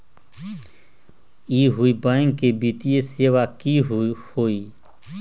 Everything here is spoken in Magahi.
इहु बैंक वित्तीय सेवा की होई?